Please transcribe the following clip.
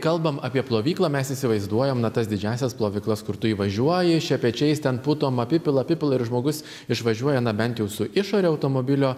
kalbam apie plovyklą mes įsivaizduojam na tas didžiąsias plovyklas kur tu įvažiuoji šepečiais ten putom apipila apipila ir žmogus išvažiuoja na bent jau su išore automobilio